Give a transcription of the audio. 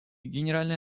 генеральная